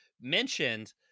mentioned